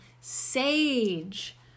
sage